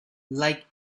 like